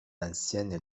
anciennes